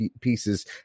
pieces